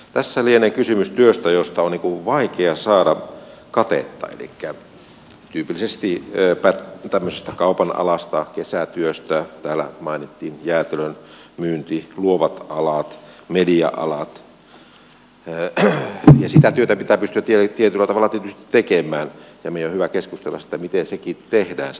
tässä lienee kysymys työstä josta on vaikea saada katetta elikkä tyypillisesti tämmöisistä kaupan alasta kesätyöstä täällähän mainittiin jäätelön myynti luovat alat media alat ja sitä työtä pitää pystyä tietyllä tavalla tietysti tekemään ja meidän on hyvä keskustella siitä miten sekin tehdään sitten tulevaisuudessa